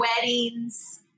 weddings